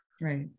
Right